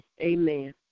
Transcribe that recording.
amen